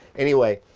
anyway,